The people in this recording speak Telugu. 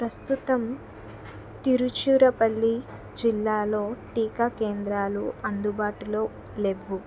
ప్రస్తుతం తిరుచిరపల్లి జిల్లాలో టీకా కేంద్రాలు అందుబాటులో లేవు